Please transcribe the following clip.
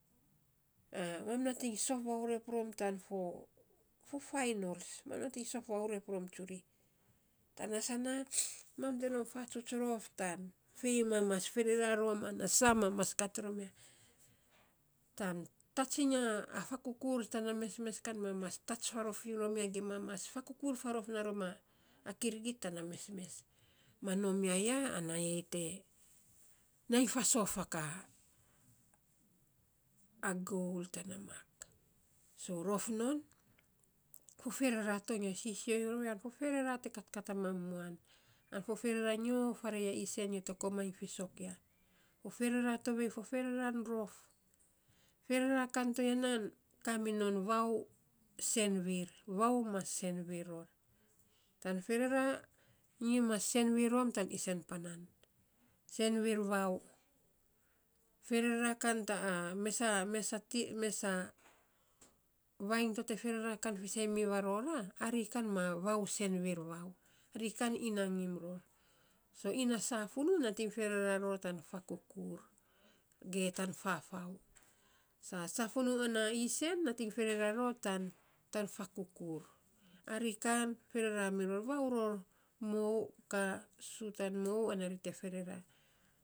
mam nating sof vaurep rom tan fo fo fainols mam nating sof vaurep rom tsuri, tana sana, mam te nom fatsuts rof tan fei mam mas ferera ana sa mam mas kat rom, tan tats iny a fakukur kan tana mes kan, mam mas tats farof iny rom ya. Ge mam mas fakukur farof na rom a kirigit tana mesmes, ma nom ya, ya ai te nai fasof a ka, a gol tana mak so rof non. Fo ferera to, nyo sisio iny ror ya fo ferera te katkat a mam muan. An fo ferera nyo faarei a isen, nyo te komainy fiisok ya fo ferera tovei, fo ferera rof. Ferera kan toya nan kaminon vau sen viir, vau mas sen viir ror. Tan ferera nyi mas sen viir rom tan isen panan, sen viir vau. ferera kan (unintelligeble) mesa mesa mesa mesa vainy to te ferera kan fiisen kan rami rora ari kan ma vau sen viir vau, ri kan inagim, so ina safunu ana isen nating ferera ror tan tan fakukur, ari kan ferera miror, vau ror mou, ka suu tan mou ana ri te ferera.